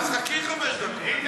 אז חכי חמש דקות.